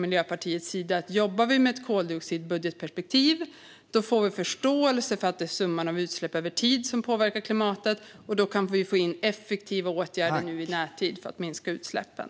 Miljöpartiet ser att om vi jobbar med ett koldioxidbudgetperspektiv får vi förståelse för att det är summan av utsläpp över tid som påverkar klimatet. Då kan vi få in effektiva åtgärder i närtid för att minska utsläppen.